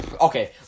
Okay